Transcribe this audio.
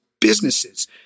businesses